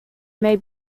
may